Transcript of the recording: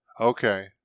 Okay